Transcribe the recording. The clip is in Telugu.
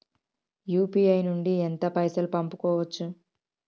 యూ.పీ.ఐ నుండి ఎంత పైసల్ పంపుకోవచ్చు?